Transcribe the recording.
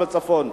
בצפון.